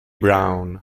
brown